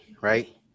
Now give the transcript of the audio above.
right